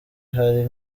hari